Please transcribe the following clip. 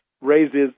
raises